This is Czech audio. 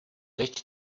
teď